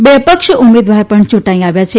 બે અપક્ષ ઉમેદવાર પણ ચૂંટાઇ આવ્યા છે